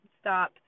stop